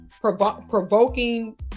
provoking